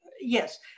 Yes